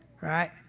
right